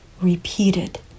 repeated